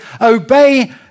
obey